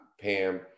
Pam